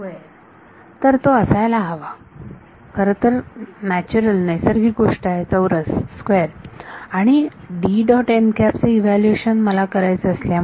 विद्यार्थी चौरस तर तो असायला हवा खरंतर नैसर्गिक गोष्ट आहे चौरस आणि चे इव्हॅल्युएशन मला करायचे असल्यामुळे